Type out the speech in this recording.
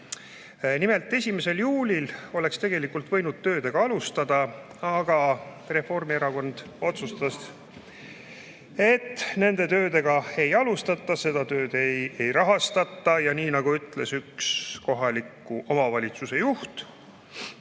Nimelt, 1. juulil oleks tegelikult võinud töödega alustada, aga Reformierakond otsustas, et nende töödega ei alustata, seda tööd ei rahastata. Ja nii, nagu ütles üks kohaliku omavalitsuse juht,